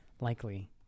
likely